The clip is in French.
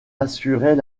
assurait